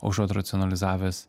užuot racionalizavęs